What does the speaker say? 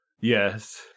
Yes